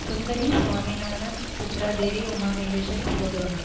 Sundari Swaminathan Chitradevi Umamaheswari Sivagurunathan